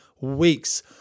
weeks